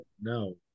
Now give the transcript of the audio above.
no